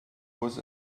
was